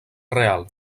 real